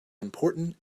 important